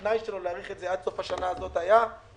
התנאי שלו להאריך את זה עד סוף השנה היה הקמת